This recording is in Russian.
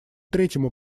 третьему